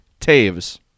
Taves